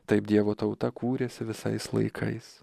taip dievo tauta kūrėsi visais laikais